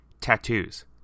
Tattoos